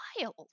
wild